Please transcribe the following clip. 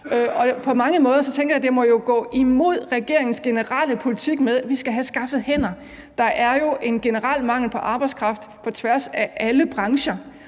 på mange måder må gå imod regeringens generelle politik med, at vi skal have skaffet hænder. Der er jo en generel mangel på arbejdskraft på tværs af alle brancher.